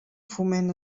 foment